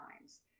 times